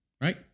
Right